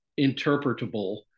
interpretable